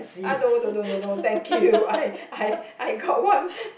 ah don't no no no no no thank you I I I got one